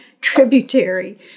tributary